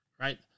right